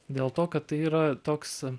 dėl to kad tai yra toks